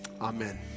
Amen